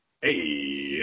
hey